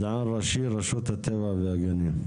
מדען ראשי, רשות הטבע והגנים.